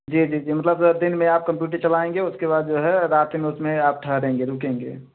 जी जी जी मतलब दिन में आप कम्प्यूटर चलाएँगे उसके बाद जो है रात में उसमें आप ठहरेंगे रुकेंगे